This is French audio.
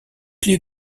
clé